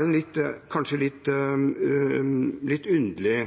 den kanskje litt underlig, for jeg hører at statsråden og også representantene fra regjeringspartiene er